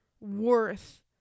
worth